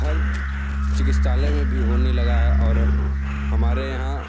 हर चिकित्सालय में भी होने लगा है और हमारे यहाँ